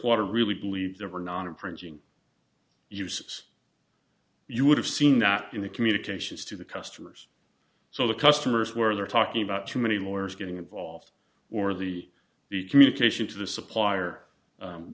water really believed there were non imprinting use you would have seen that in the communications to the customers so the customers were talking about too many lawyers getting involved or the the communication to the supplier